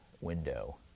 window